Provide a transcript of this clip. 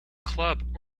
club